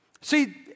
See